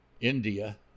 India